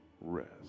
rest